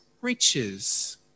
riches